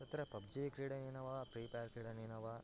तत्र पब्जी क्रीडनेन वा प्रीपैर् क्रीडनेन वा